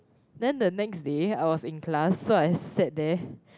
then the next day I was in class so I sat there